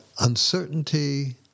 uncertainty